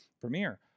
premiere